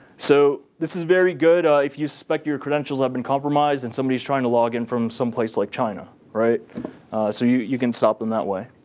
so this is very good if you suspect your credentials have been compromised and somebody is trying to log in from someplace like china. so you you can stop them that way.